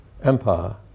empire